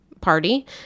party